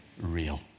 real